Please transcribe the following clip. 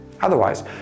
Otherwise